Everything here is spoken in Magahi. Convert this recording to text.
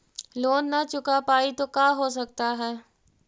लोन न चुका पाई तो का हो सकता है?